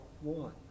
one